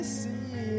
see